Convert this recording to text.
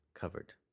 Covered